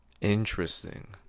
Interesting